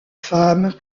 femme